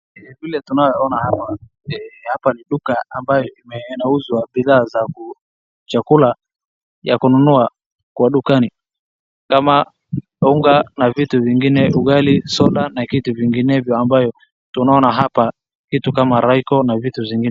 Vile tunavyoona hapa, hapa ni duka ambayo inauzwa bidhaa za chakula ya kununua dukani kama unga na vitu vingine, ugali, soda na vitu vinginevyo ambayo tunaona hapa kitu kama royco na vitu zingine.